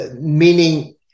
meaning